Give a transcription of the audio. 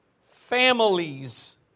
families